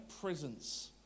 presence